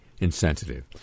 insensitive